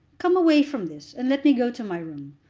come away from this, and let me go to my room.